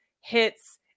hits